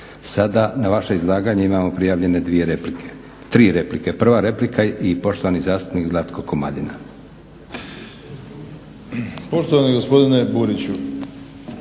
Sada na vaše izlaganje imamo prijavljene tri replike. Prva replika i poštovani zastupnik Zlatko Komadina.